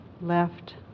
left